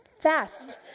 fast